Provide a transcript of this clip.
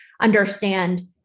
understand